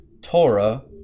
Torah